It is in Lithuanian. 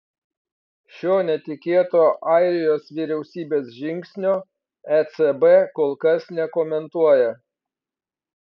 šio netikėto airijos vyriausybės žingsnio ecb kol kas nekomentuoja